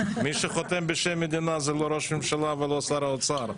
מי שחותם בשם המדינה זה לא ראש הממשלה ולא שר האוצר,